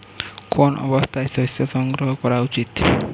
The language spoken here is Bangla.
কোন অবস্থায় শস্য সংগ্রহ করা উচিৎ?